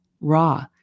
raw